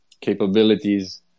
capabilities